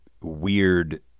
weird